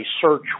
search